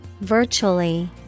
virtually